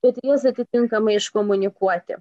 bet ir jas tinkamai iškomunikuoti